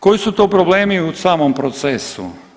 Koji su to problemi u samom procesu?